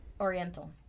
Oriental